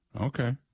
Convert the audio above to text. Okay